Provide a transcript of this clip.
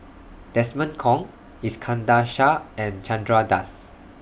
Desmond Kon Iskandar Shah and Chandra Das